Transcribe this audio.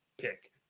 pick